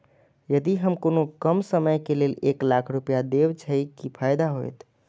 यदि हम कोनो कम समय के लेल एक लाख रुपए देब छै कि फायदा होयत?